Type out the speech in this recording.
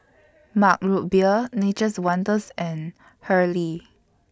Mug Root Beer Nature's Wonders and Hurley